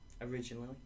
originally